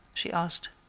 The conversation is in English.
she asked,